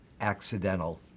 accidental